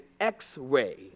X-ray